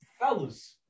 fellas